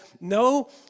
no